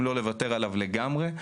אם לא לוותר עליו לגמרי,